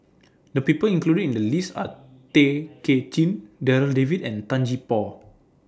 The People included in The list Are Tay Kay Chin Darryl David and Tan Gee Paw